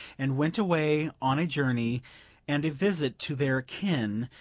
and went away on a journey and a visit to their kin,